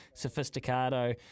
Sophisticado